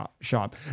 shop